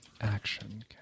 Action